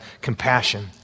compassion